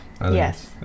Yes